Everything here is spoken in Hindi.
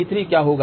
P3 क्या होगा